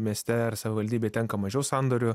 mieste ar savivaldybei tenka mažiau sandorių